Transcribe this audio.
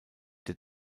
der